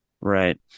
Right